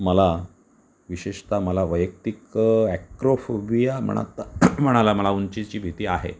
मला विशेषत मला वैयक्तिक ॲक्रोफोबिया म्हणा ता म्हणाला मला उंचीची भीती आहे